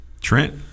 Trent